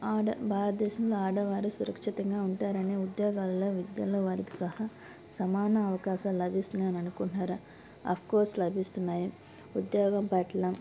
ఆడ భారతదేశంలో ఆడవారు సురక్షితంగా ఉంటారని ఉద్యోగాలలో విద్యలో వారికి సహా సమాన అవకాశ లభిస్తున్నాయని అనుకుంటన్నారా ఆఫ్కోర్స్ లభిస్తున్నాయి ఉద్యోగం పట్ల